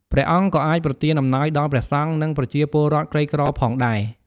ព្រះអង្គក៏អាចប្រទានអំណោយដល់ព្រះសង្ឃ និងប្រជាពលរដ្ឋក្រីក្រផងដែរ។